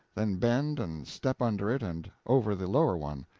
then bend and step under it and over the lower one.